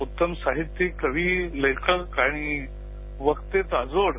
उत्तम साहित्यिक कवी लेखक आणि वक्ते अजोड